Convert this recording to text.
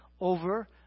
over